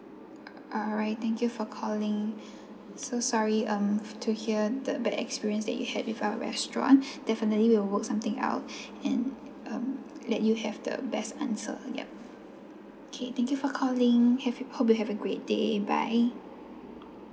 alright thank you for calling so sorry um to hear the bad experience that you had with our restaurant definitely we'll work something out and um let you have the best answer yup okay thank you for calling have you hope you have a great day bye